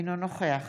אינו נוכח